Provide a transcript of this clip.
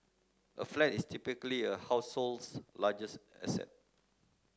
a flat is typically a household's largest asset